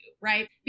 right